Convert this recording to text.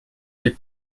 lès